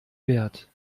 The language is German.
wert